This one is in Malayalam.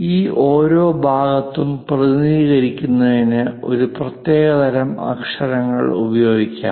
ഈ ഓരോ ഭാഗത്തെയും പ്രതിനിധീകരിക്കുന്നതിന് ഒരു പ്രത്യേക തരം അക്ഷരങ്ങൾ ഉപയോഗിക്കാം